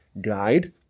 guide